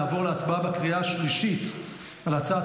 נעבור להצבעה בקריאה השלישית על הצעת